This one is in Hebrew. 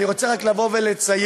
אני רוצה רק לבוא ולציין